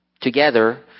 together